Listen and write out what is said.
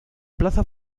plaza